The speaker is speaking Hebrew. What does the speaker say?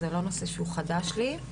זה לא נושא שהוא חדש לי.